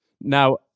Now